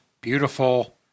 beautiful